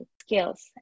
skills